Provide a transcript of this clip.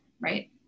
right